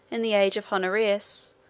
in the age of honorius,